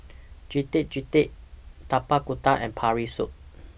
Getuk Getuk Tapak Kuda and Pork Rib Soup